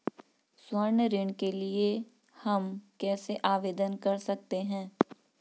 स्वर्ण ऋण के लिए हम कैसे आवेदन कर सकते हैं?